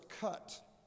cut